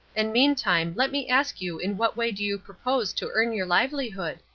and meantime let me ask you in what way do you propose to earn your livelihood?